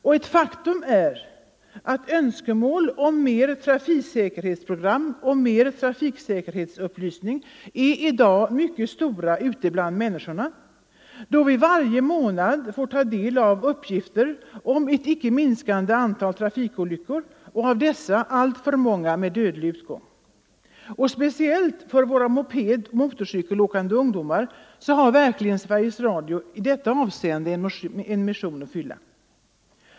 Och ett faktum är att önskemålen om mer trafiksäkerhetsprogram och mer trafiksäkerhetsupplysning i dag är mycket stora ute bland människorna, då vi varje månad får ta del av uppgifter om ett icke minskande antal trafikolyckor — och av dessa alltför många med dödlig utgång. Speciellt för våra mopedoch motorcykelåkande ungdomar har verkligen Sveriges Radio i detta avseende en mission att fylla.